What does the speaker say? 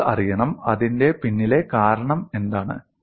നിങ്ങൾ അറിയണം അതിന്റെ പിന്നിലെ കാരണം എന്താണ്